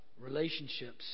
relationships